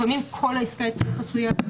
לפעמים כל העסקה היא חסויה,